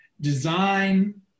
design